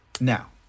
Now